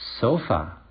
sofa